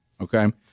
okay